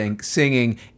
singing